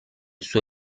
suo